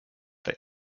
they